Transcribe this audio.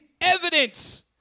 evidence